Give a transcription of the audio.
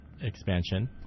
expansion